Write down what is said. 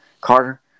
Carter